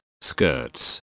skirts